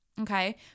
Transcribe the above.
Okay